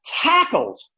tackled